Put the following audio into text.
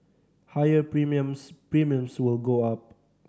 higher premiums premiums will go up